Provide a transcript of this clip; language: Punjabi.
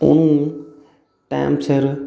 ਉਹਨੂੰ ਟਾਈਮ ਸਿਰ